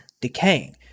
decaying